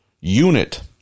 unit